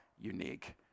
unique